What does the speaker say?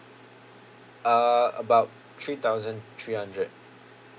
uh about three thousand three hundred